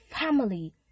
family